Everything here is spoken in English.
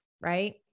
right